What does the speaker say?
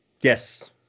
Yes